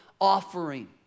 offering